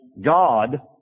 God